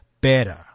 better